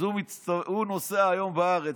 אז הוא נוסע היום בארץ,